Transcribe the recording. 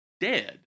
dead